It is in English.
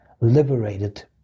liberated